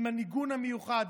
עם הניגון המיוחד,